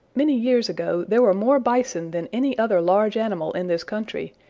many years ago there were more bison than any other large animal in this country,